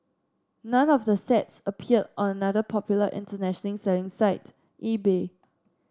none of the sets appeared on another popular international selling site eBay